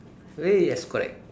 y~ yes correct